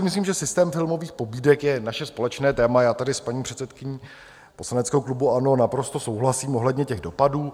Myslím si, že systém filmových pobídek je naše společné téma a já tady s paní předsedkyní poslaneckého klubu ANO naprosto souhlasím ohledně těch dopadů.